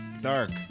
dark